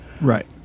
Right